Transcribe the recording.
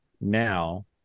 now